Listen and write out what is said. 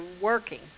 working